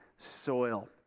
Soil